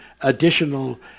additional